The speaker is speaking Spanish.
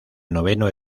noveno